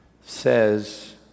says